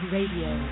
Radio